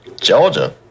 Georgia